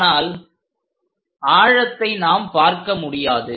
ஆனால் ஆழத்தை நாம் பார்க்க முடியாது